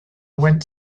went